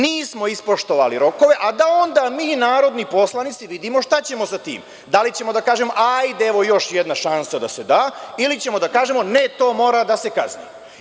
Nismo ispoštovali rokove, a da onda mi narodni poslanici vidimo šta ćemo sa tim, da li ćemo da kažemo – hajde, evo još jedna šansa da se da ili ćemo da kažemo – ne to mora da se kazni.